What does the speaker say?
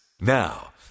Now